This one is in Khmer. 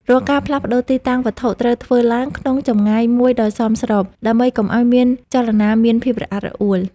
រាល់ការផ្លាស់ប្តូរទីតាំងវត្ថុត្រូវធ្វើឡើងក្នុងចម្ងាយមួយដ៏សមស្របដើម្បីកុំឱ្យចលនាមានភាពរអាក់រអួល។